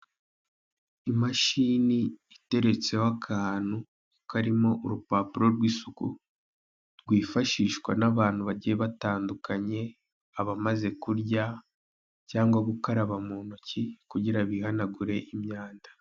Imashini iteretseho akantu karimo urupapuro rw'isuku rwifashishwa n'abantu bagiye batandukanye , abamaze kurya cyangwa gukaraba mu ntoki kugira ngo bihanagure imyanda .